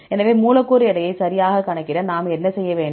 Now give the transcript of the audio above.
எனவே மூலக்கூறு எடையை சரியாகக் கணக்கிட நாம் என்ன செய்ய வேண்டும்